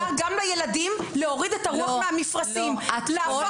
תמי, אי-אפשר להוריד את הרוח מהמפרשים גם בילדים.